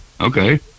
okay